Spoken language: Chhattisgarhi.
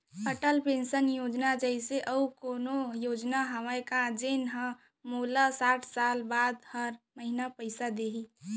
अटल पेंशन योजना जइसे अऊ कोनो योजना हावे का जेन ले मोला साठ साल बाद हर महीना पइसा दिही?